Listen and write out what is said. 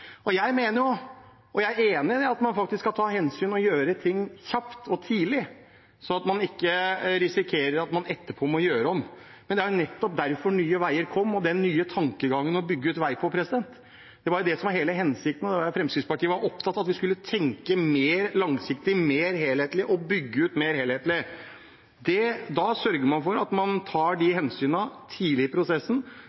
Jeg er enig i at man faktisk skal ta hensyn og gjøre ting kjapt og tidlig, slik at man ikke risikerer at man etterpå må gjøre om. Men det var nettopp derfor Nye Veier og den nye tankegangen bak måten å bygge ut vei på kom. Det var det som var hele hensikten. Fremskrittspartiet var opptatt av at vi skulle tenke mer langsiktig og mer helhetlig og bygge ut mer helhetlig. Da sørger man for at man tar de